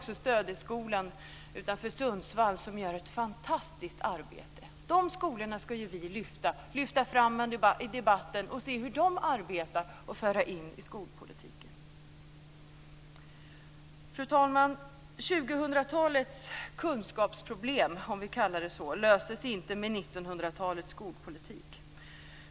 Stödeskolan utanför Sundsvall gör också ett fantastiskt arbete. De skolorna ska vi lyfta fram i debatten, se hur de arbetar och föra in det i skolpolitiken. Fru talman! 2000-talets kunskapsproblem - om vi kallar dem så - löses inte med 1900-talets skolpolitik.